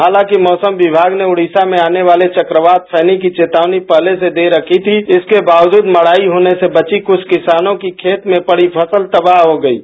हालांकि मौसम विभाग ने उड़ीसा में आने वाले चक्रयात फैनी की बेतावनी पहले से दे रखी थी इसके बावजूद मड़ाई होने से बची कुछ किसानों की खेत मे पड़ी फसल तबाह हो गई है